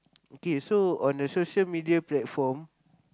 okay so on the social-media platform